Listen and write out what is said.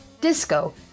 disco